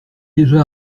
déjà